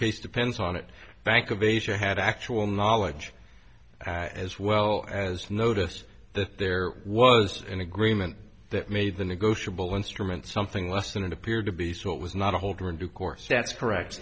case depends on it bank of asia had actual knowledge as well as noticed that there was an agreement that made the negotiable instrument something less than it appeared to be so it was not a holder in due course that's correct